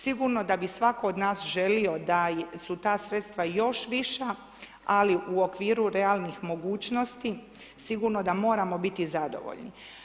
Sigurno da bi svatko od nas želio da su ta sredstva još viša ali u okviru realnih mogućnosti, sigurno da moramo biti zadovoljni.